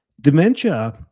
Dementia